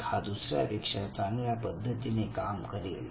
एक हा दुसऱ्यापेक्षा चांगल्या पद्धतीने काम करेल